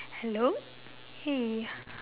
hello !hey!